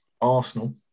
Arsenal